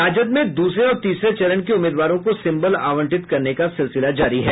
राजद में दूसरे और तीसरे चरण के उम्मीदवारों को सिम्बल आवंटित करने का सिलसिला जारी है